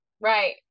right